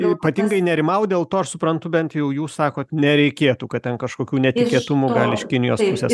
ypatingai nerimaut dėl to aš suprantu bent jau jūs sakot nereikėtų kad ten kažkokių netikėtumų gali iš kinijos pusės